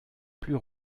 plus